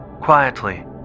quietly